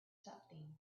something